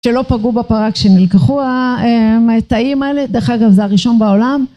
שלא פגעו בברק, שנלקחו את המטעים האלה, דרך אגב זה הראשון בעולם.